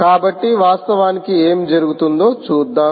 కాబట్టి వాస్తవానికి ఏమి జరుగుతుందో చూద్దాం